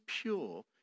pure